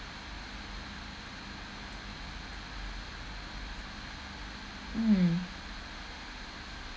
mm